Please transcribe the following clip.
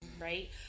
right